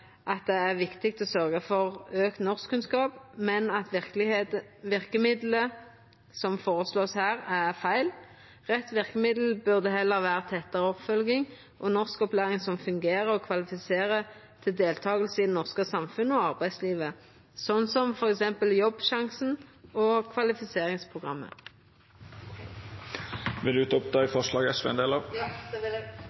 at det er viktig å sørgja for auka norskkunnskap, men at verkemidla som vert føreslegne her, er feil. Rett verkemiddel burde heller vera tettare oppfølging og norskopplæring som fungerer og kvalifiserer til deltaking i det norske samfunnet og arbeidslivet, sånn som f.eks. Jobbsjansen og Kvalifiseringsprogrammet. Eg tek opp dei